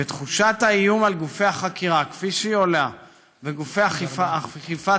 ותחושת האיום על גופי החקירה וגופי אכיפת